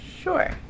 Sure